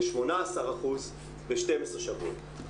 ל-18% ב-12 שבועות.